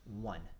One